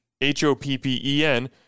H-O-P-P-E-N